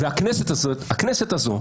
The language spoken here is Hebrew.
והכנסת הזאת,